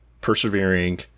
persevering